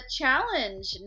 challenge